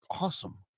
awesome